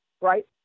right